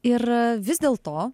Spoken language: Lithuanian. ir vis dėl to